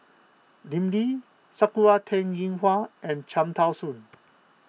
Lim Lee Sakura Teng Ying Hua and Cham Tao Soon